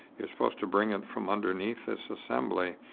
you're supposed to bring it from underneath this assembly